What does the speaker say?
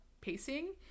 pacing